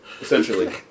essentially